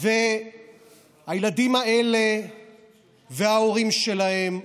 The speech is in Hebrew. הילדים האלה וההורים שלהם,